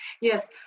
Yes